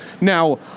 Now